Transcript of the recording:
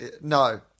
No